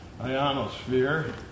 ionosphere